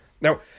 Now